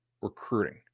recruiting